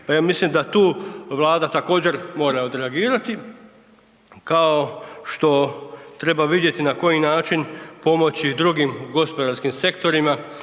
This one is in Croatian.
ja mislim da tu Vlada također mora odreagirati, kao što treba vidjeti na koji način pomoći drugim gospodarskim sektorima.